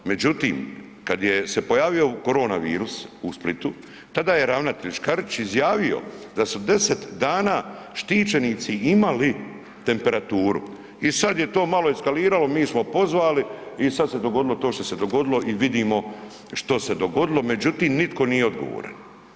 Međutim, kad je se pojavio korona virus tada je ravnatelj Škarić izjavio da su 10 dana štićenici imali temperaturu i sad je to malo eskaliralo, mi smo pozvali i sad se dogodilo to što se dogodilo i vidimo što se dogodilo, međutim nitko nije odgovoran.